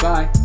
Bye